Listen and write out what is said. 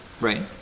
Right